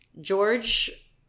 George